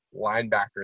linebackers